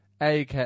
AK